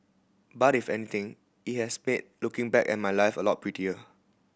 but if anything it has made looking back at my life a lot prettier